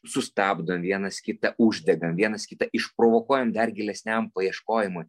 sustabdom vienas kitą uždegam vienas kitą išprovokuojam dar gilesniam ieškojimui